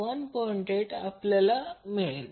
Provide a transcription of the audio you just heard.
8° आपल्याला मिळेल